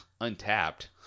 untapped